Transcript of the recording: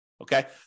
Okay